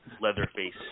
Leatherface